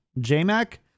J-Mac